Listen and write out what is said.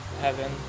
heaven